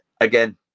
again